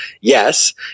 Yes